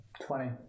Twenty